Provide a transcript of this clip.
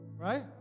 Right